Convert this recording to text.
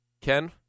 Ken